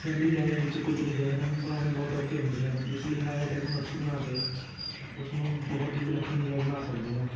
assembly line ਵਿੱਚ ਕੁਝ design ਬਣਾਉਣੇ ਬਹੁਤ ਔਖੇ ਹੁੰਦੇ ਹਨ ਇਸ ਲਈ ਹਰ ਆਈਟਮ ਨੂੰ ਹੱਥੀ ਬਣਾ ਕੇ ਉਸ ਨੂੰ ਬਹੁਤ ਹੀ ਵਿਲੱਖਣ ਡਿਜਾਈਨ ਬਣਾ ਸਕਦੇ ਆ